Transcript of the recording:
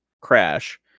crash